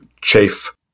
chafe